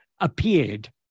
appeared